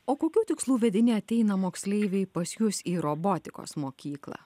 o kokių tikslų vedini ateina moksleiviai pas jus į robotikos mokyklą